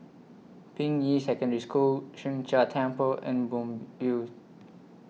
Ping Yi Secondary School Sheng Jia Temple and Moonbeam View